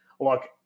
look